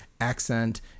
accent